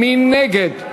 מי נגד?